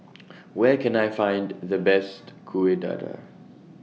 Where Can I Find The Best Kuih Dadar